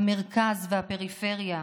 המרכז והפריפריה,